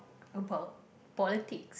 about politics